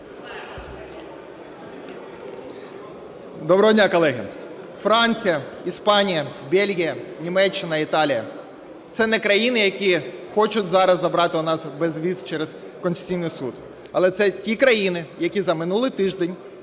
Доброго дня, колеги! Франція, Іспанія, Бельгія, Німеччина, Італія – це не країни, які хочуть зараз забрати у нас безвіз через Конституційний Суд, але це ті країни, які за минулий тиждень